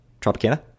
Tropicana